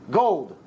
gold